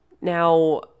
Now